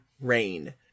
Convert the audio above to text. rain